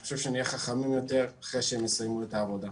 אני חושב שנהיה חכמים יותר אחרי שהם יסיימו את העבודה.